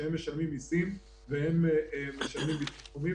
שהם משלמים מסים והם משלמים ביטוחים,